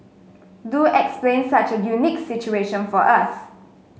do explain such a unique situation for us